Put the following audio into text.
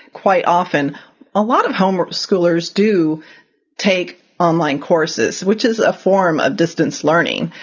quite often a lot of home schoolers do take online courses, which is a form of distance learning,